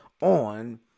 on